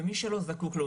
ומי שלא זקוק לו.